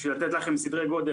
כדי לתת לכם סדרי גודל,